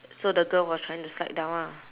so the girl was trying to slide down ah